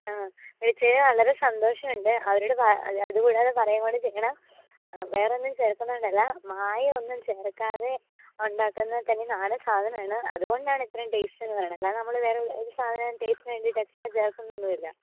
ആ വിളിച്ചതിൽ വളരെ സന്തോഷമുണ്ട് അവരോട് പ അത് കൂടാതെ പറയുവേം കൂടെ ചെയ്യണം വേറെ ഒന്നും ചേർക്കുന്നത് കൊണ്ടല്ല മായം ഒന്നും ചേർക്കാതെ ഉണ്ടാക്കുന്ന തനി നാടൻ സാധനമാണ് അത് കൊണ്ടാണ് ഇത്രയും ടേസ്റ്റ് എന്ന് പറയണം അല്ലാതെ നമ്മൾ വേറെ ഒരു സാധനമോ ടേസ്റ്റിന് വേണ്ടിയിട്ട് എക്സ്ട്രാ ചേർക്കുന്നൊന്നും ഇല്ല